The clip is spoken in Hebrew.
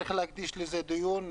צריך להקדיש לזה דיון.